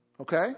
Okay